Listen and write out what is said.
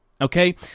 okay